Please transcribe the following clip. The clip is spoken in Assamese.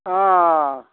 অ'